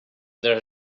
there